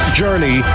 journey